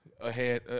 ahead